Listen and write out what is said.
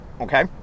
Okay